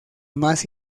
más